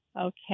Okay